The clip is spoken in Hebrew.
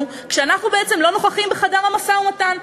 כשאנחנו בעצם לא נוכחים בחדר המשא-ומתן.